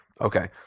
Okay